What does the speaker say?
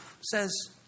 says